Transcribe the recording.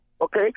Okay